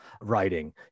writing